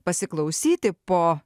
pasiklausyti po